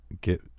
get